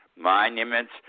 monuments